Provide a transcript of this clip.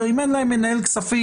אם אין להם מנהל כספים,